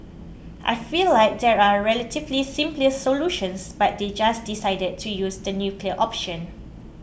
I feel like there are relatively simply solutions but they just decided to use the nuclear option